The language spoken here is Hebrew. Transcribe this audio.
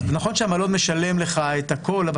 אז נכון שהמלון משלם לך את הכול אבל